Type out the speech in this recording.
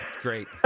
great